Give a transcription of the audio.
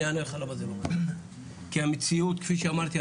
אני אגיד לך למה כי המציאות כפי שאמרתי,